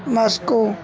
Moscow